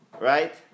Right